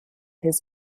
his